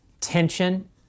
tension